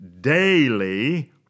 daily